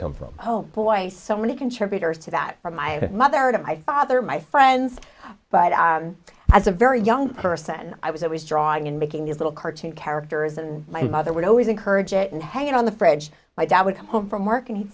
come from oh boy so many contributors to that are my mother and my father my friends but i'm as a very young person i was always drawing and making these little cartoon characters and my mother would always encourage it and hang it on the fridge my dad would come home from work and he'd